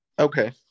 Okay